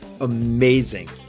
amazing